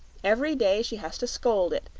every day she has to scold it,